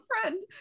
friend